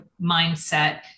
mindset